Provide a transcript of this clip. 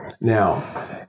now